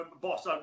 boss